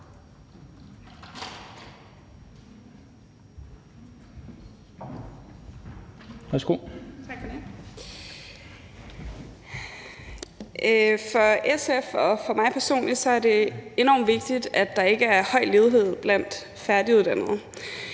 For SF og for mig personligt er det enormt vigtigt, at der ikke er høj ledighed blandt færdiguddannede.